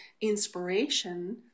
inspiration